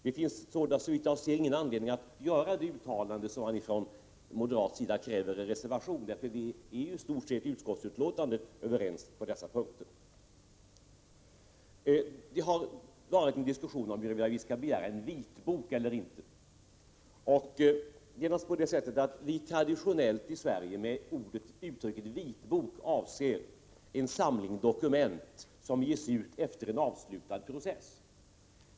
Såvitt jag förstår finns det ingen anledning att göra ett sådant uttalande som det som moderaterna kräver i en reservation, eftersom vi i stort sett är överens på de ifrågavarande punkterna. Det har förts en diskussion om huruvida vi skall begära en vitbok eller inte. Med uttrycket vitbok avser vi i Sverige traditionellt en samling dokument som ges ut efter en avslutad process.